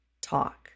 talk